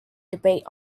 debate